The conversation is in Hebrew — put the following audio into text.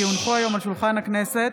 כי הונחו היום על שולחן הכנסת,